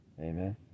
Amen